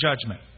judgment